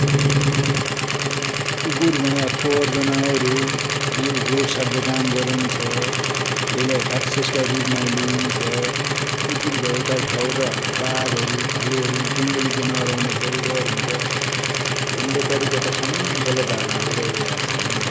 कुकुर भन्या फोहोर जनावर हो, यैले रोग सार्द्द्या काम गरन्छ्​, यैलाइ राक्षस का रुप माइ लीइन्छ। कुकुर भया का ठउर बाग हरु भालु हरु जङलि जनावर आउन्या बडी डर हुन्छ, भन्ड्या तरिका का सामान्य गलत धारणा रहिरहेका छ्न ।